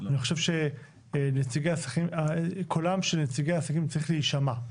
אני חושב שקולם של נציגי העסקים צריך להישמע.